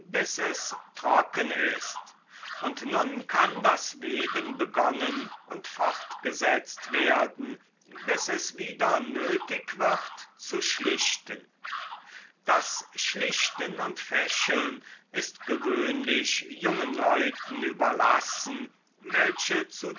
bis es trocken ist und nun kann das weben begonnen und fortgesetzt werden bis es wieder nötig wird zu schlichten das schlichten und fächeln ist gewöhnlich jungen leuten überlassen welche zu